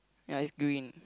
ya it's green